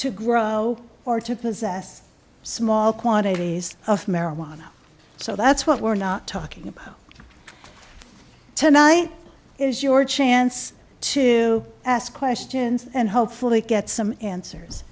to grow or to possess small quantities of marijuana so that's what we're not talking about tonight is your chance to ask questions and hopefully get some answers